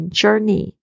journey